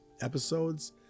episodes